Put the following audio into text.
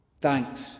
Thanks